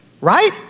right